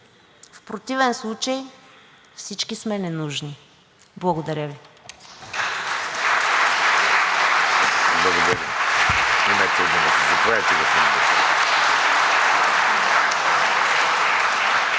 В противен случай всички сме ненужни. Благодаря Ви.